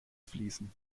fließen